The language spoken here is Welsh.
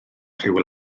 rhyw